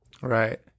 Right